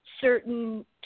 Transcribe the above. certain